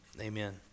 amen